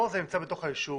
כאן זה נמצא בתוך הישוב